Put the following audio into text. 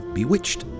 Bewitched